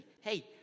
Hey